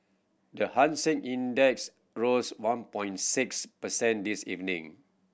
the Hang Seng Index rose one point six percent this evening